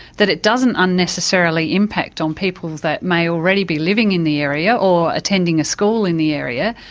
that it doesn't unnecessarily impact on people that may already be living in the area, or attending a school in the area,